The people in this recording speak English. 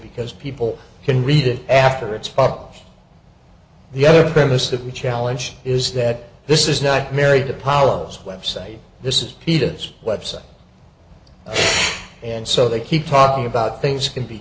because people can read it after it's pop the other premise that the challenge is that this is not married to palos website this is peter's website and so they keep talking about things can be